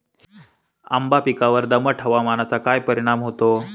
आंबा पिकावर दमट हवामानाचा काय परिणाम होतो?